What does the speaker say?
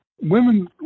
women